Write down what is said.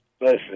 Listen